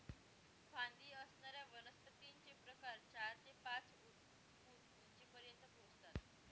फांदी असणाऱ्या वनस्पतींचे प्रकार चार ते पाच फूट उंचीपर्यंत पोहोचतात